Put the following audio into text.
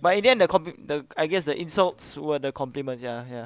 but in the end the compli~ the I guess the insults were the compliments ya ya